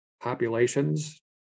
populations